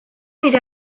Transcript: nire